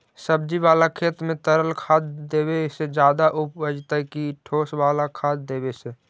सब्जी बाला खेत में तरल खाद देवे से ज्यादा उपजतै कि ठोस वाला खाद देवे से?